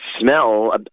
smell